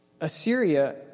Assyria